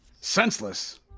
Senseless